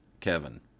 Kevin